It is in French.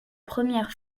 première